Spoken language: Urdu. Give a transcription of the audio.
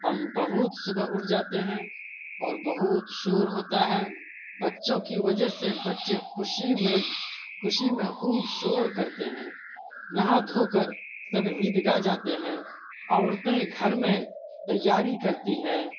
ہم بہت صبح اٹھ جاتے ہیں اور بہت شور ہوتا ہے بچوں کی وجہ سے بچے خوشی میں خوشی میں خوب شور کرتے ہیں نہا دھو کر سب عید گاہ جاتے ہیں عورتیں گھر میں تیاری کرتی ہیں